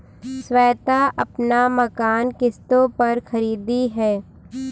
श्वेता अपना मकान किश्तों पर खरीदी है